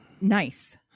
nice